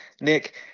Nick